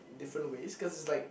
different ways cause it's like